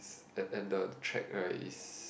~st and and the track right is